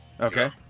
Okay